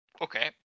Okay